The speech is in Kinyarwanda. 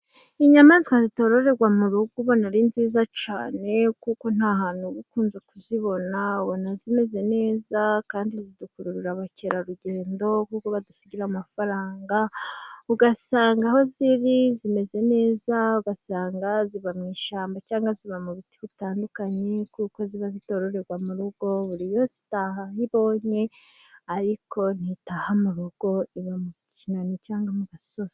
Inyamaswa zitororerwa mu rugo ubona ari nziza cyane kuko nta hantu uba ukunze kuzibona, ubona zimeze neza kandi zidukurura abakerarugendo kuko badusigira amafaranga ugasanga aho ziri zimeze neza, ugasanga ziba mu ishyamba cyangwa ziba mu biti bitandukanye kuko ziba zitororerwa mu rugo, buri yose itaha aho ibonye ariko ntitaha mu rugo, iba mu kinani cyangwa mu gasozi.